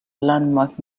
landmark